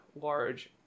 large